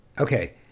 Okay